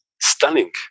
stunning